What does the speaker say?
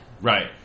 Right